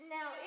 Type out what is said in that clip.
Now